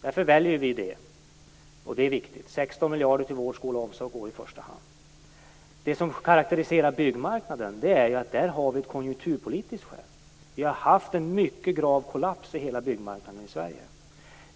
Därför väljer vi det, och det är viktigt. 16 miljarder till vård, skola och omsorg går i första hand. Det som karakteriserar byggmarknaden är att där finns det ett konjunkturpolitiskt skäl. Vi har haft en mycket grav kollaps i hela byggmarknaden i Sverige.